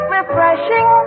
refreshing